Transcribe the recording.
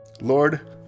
Lord